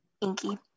inky